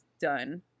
done